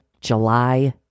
July